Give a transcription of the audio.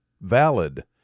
valid